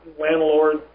landlord